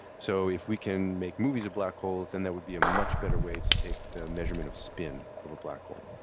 so if we can make movies of black holes, then that would be a much better way to take the measurement of spin of a black hole.